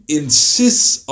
insists